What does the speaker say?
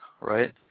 right